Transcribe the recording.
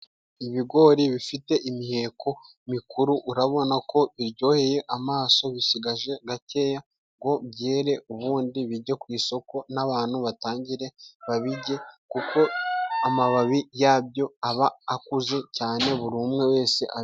Ibigori bifite imiheko mikuru urabona ko bijyoheye amaso bisigaje gakeya ngo byere, ubundi bijye ku isoko n'abantu batangire babijye kuko amababi yabyo aba akuze cyane buri umwe wese.